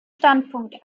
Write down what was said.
standpunkt